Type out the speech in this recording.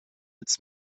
its